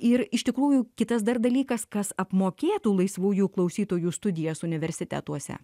ir iš tikrųjų kitas dar dalykas kas apmokėtų laisvųjų klausytojų studijas universitetuose